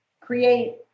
create